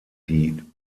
die